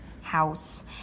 house